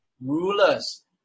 rulers